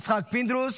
פינדרוס,